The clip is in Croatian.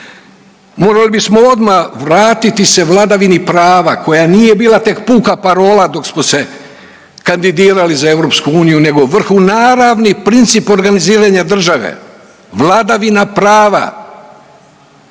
morali bismo odmah vratiti se vladavini prava koja nije bila tek puka parola dok smo se kandidirali za EU nego vrhunaravni princip organiziranja države, vladavina prava